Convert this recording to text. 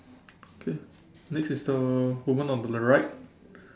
okay next is a woman on the right